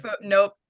nope